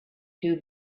two